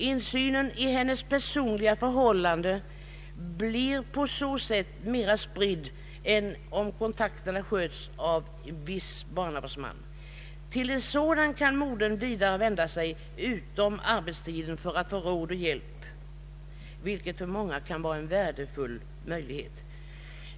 Insynen i hennes personliga förhållanden blir på så sätt mera spridd än om kontakterna sköts av en viss barnavårdsman. Till en sådan kan modern vidare vända sig utom arbetstiden för att få råd och hjälp vilket för många kan vara en värdefull möjlighet.